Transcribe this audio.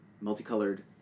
multicolored